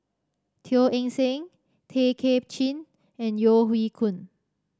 Teo Eng Seng Tay Kay Chin and Yeo Hoe Koon